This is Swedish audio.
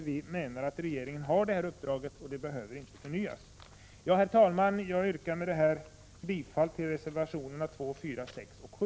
Vi menar att regeringen har uppdraget och att det inte behöver förnyas. Herr talman! Med detta yrkar jag bifall till reservationerna 2, 4, 6 och 7.